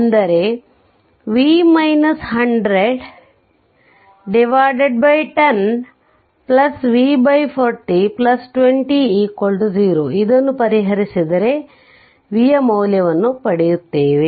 ಅಂದರೆ 10V 40200 ಇದನ್ನು ಪರಿಹರಿಸಿದರೆ ಇದನ್ನು V ಮೌಲ್ಯವನ್ನು ಪಡೆಯುತ್ತೇವೆ